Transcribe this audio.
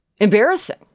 embarrassing